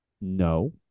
No